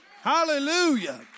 Hallelujah